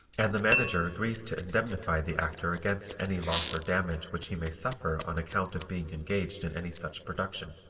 and the manager agrees to indemnify the actor against any loss or damage which he may suffer on account of being engaged in any such production.